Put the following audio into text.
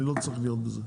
אני לא צריך להיות בזה.